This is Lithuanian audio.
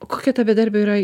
kokia ta bedarbių yra